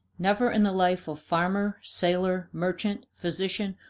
never in the life of farmer, sailor, merchant physician,